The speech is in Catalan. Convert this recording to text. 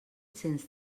cents